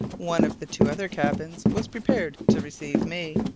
one of the two other cabins was prepared to receive me.